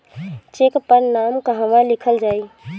Check पर नाम कहवा लिखल जाइ?